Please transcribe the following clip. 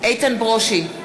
איתן ברושי,